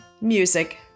Music